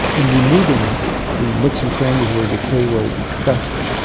and removing the nooks and crannies where decay will fester,